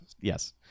Yes